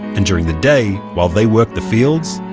and during the day, while they worked the fields,